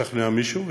לשכנע מישהו.